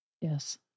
Yes